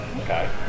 Okay